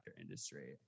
industry